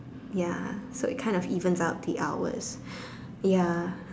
ya so is kind of even out the hours ya